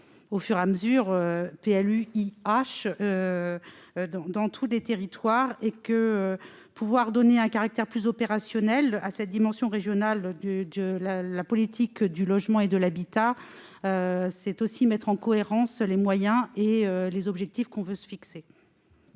à terme des « PLUiH » dans tous les territoires. Donner un caractère plus opérationnel à la dimension régionale de la politique du logement et de l'habitat, c'est aussi mettre en cohérence les moyens et les objectifs que l'on veut se fixer.